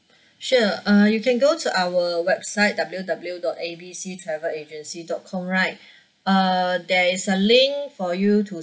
sure uh you can go to our website W W dot A B C travel agency dot com right uh there is a link for you to